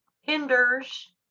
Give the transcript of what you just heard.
hinders